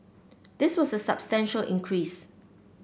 this was a substantial increase